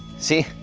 see,